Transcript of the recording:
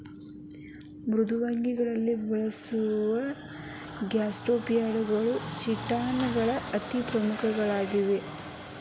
ಮೃದ್ವಂಗಿಗಳಲ್ಲಿ ಬಸವನಹುಳ ಗ್ಯಾಸ್ಟ್ರೋಪಾಡಗಳು ಚಿಟಾನ್ ಗಳು ಅತಿ ಪ್ರಮುಖವಾದವು ಆಗ್ಯಾವ